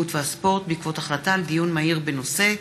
התרבות והספורט בעקבות דיון מהיר בהצעתו של חבר הכנסת עיסאווי